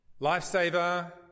Lifesaver